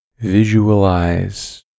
Visualize